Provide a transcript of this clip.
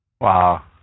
Wow